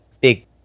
big